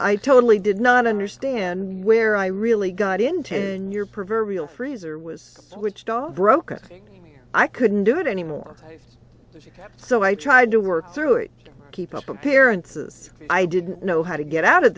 i totally did not understand where i really got into your proverbial freezer was switched off broke i couldn't do it any more so i tried to work through it to keep up appearances i didn't know how to get out of